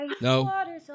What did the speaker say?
No